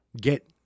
get